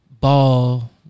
ball